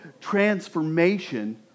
transformation